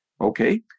Okay